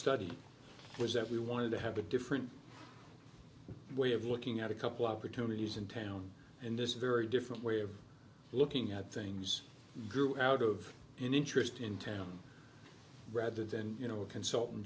study was that we wanted to have a different way of looking at a couple opportunities in town and this very different way of looking at things grew out of an interest in town rather than you know a consultant